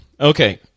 Okay